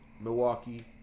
Milwaukee